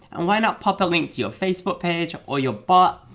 and why not pop a link to your facebook page, or your bot,